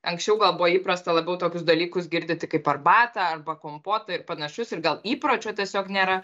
anksčiau gal buvo įprasta labiau tokius dalykus girditi kaip arbatą arba kompotą ir panašius ir gal įpročio tiesiog nėra